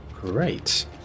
great